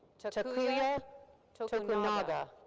so takuya tokunaga.